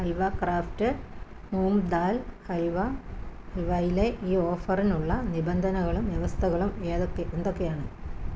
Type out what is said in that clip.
halwa craft moong dal halwa ഹൽവയിലെ ഈ ഓഫറിനുള്ള നിബന്ധനകളും വ്യവസ്ഥകളും ഏതൊ എന്തൊക്കെയാണ്